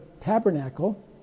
tabernacle